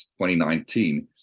2019